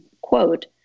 quote